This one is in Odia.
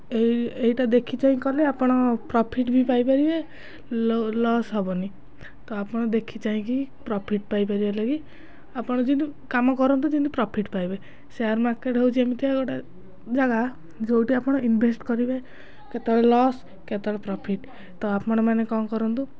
ଏଇ ଏଇଟା ଦେଖି ଚାହିଁ କଲେ ଆପଣ ପ୍ରଫିଟ୍ ବି ପାଇପାରିବେ ଲସ୍ ହେବନି ତ ଆପଣ ଦେଖି ଚାହିଁକି ପ୍ରଫିଟ୍ ପାଇପାରିବେ ଲାଗି ଆପଣ ଯେମିତି କାମ କରନ୍ତୁ ଯେମିତି ପ୍ରଫିଟ୍ ପାଇବେ ଶେୟାର୍ ମାର୍କେଟ୍ ହେଉଛି ଏମିତିଆ ଗୋଟେ ଜାଗା ଯେଉଁଠି ଆପଣ ଇନ୍ଭେଷ୍ଟ୍ କରିବେ କେତେବେଳେ ଲସ୍ କେତେବେଳେ ପ୍ରଫିଟ୍ ତ ଆପଣମାନେ କ'ଣ କରନ୍ତୁ